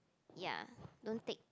ya don't take